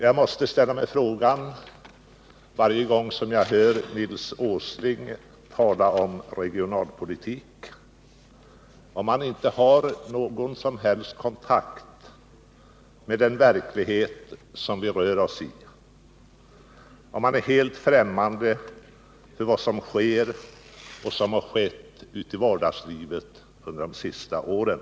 Jag ställer mig frågan varje gång som jag hör Nils Åsling tala om regionalpolitik, om han inte har någon som helst kontakt med den verklighet som vi rör oss i och om han är helt främmande för vad som sker och har skett Nr 56 ute i vardagslivet under de senaste åren.